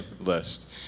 list